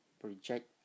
project